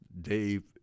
Dave